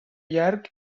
llarg